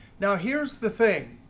now here's the thing,